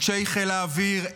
אנשי חיל האוויר,